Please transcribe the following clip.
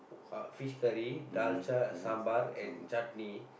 uh fish curry dalcha sambal and chutney